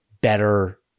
better